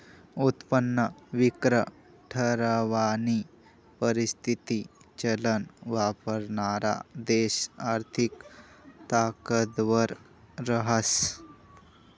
उत्पन्न वक्र ठरावानी परिस्थिती चलन वापरणारा देश आर्थिक ताकदवर रहास